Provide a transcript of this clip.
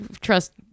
trust